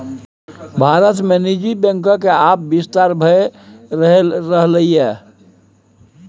भारत मे निजी बैंकक आब बिस्तार भए रहलैए